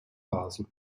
basel